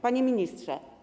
Panie Ministrze!